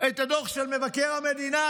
את הדוח של מבקר המדינה,